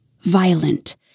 violent